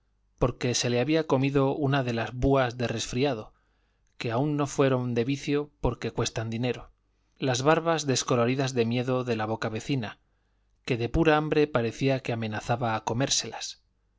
porque se le había comido de unas búas de resfriado que aun no fueron de vicio porque cuestan dinero las barbas descoloridas de miedo de la boca vecina que de pura hambre parecía que amenazaba a comérselas